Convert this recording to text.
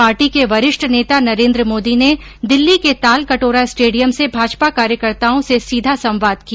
party के वरिष्ठ नेता नरेन्द्र मोदी ने दिल्ली के तालकटोरा स्टेडियम से भाजपा कार्यकर्ताओं से सीधा संवाद किया